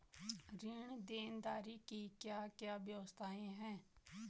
ऋण देनदारी की क्या क्या व्यवस्थाएँ हैं?